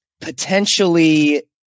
potentially